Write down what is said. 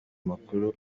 amakuru